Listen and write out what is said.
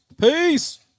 Peace